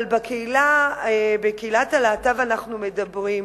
אבל בקהילת הלהט"ב אנחנו מדברים.